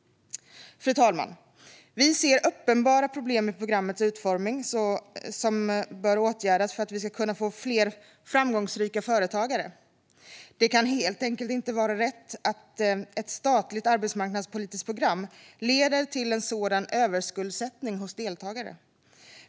Fru talman! Vi ser uppenbara problem med programmets utformning som bör åtgärdas för att vi ska kunna få fler framgångsrika företagare. Det kan helt enkelt inte vara rätt att ett statligt arbetsmarknadspolitiskt program leder till en sådan överskuldsättning hos deltagare.